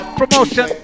promotion